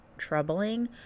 troubling